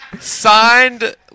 signed